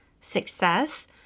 success